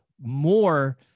more